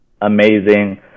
amazing